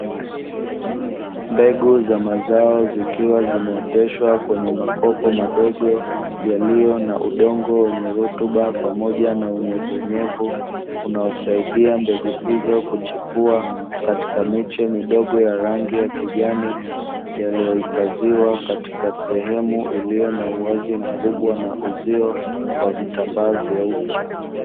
Mbegu za mazao zikiwa zimeoteshwa kwenye makopo madogo yaliyo na udongo wenye rutuba pamoja na unyevunyevu unaosaidia mbegu hizo kuchipua katika miche midogo ya rangi ya kijani yaliyohifadhiwa katika sehemu iliyo na uwazi mkubwa na uzio wa vitambaa vyeupe.